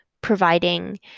providing